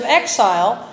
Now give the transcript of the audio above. exile